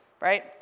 right